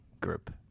group